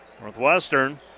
Northwestern